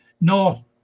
No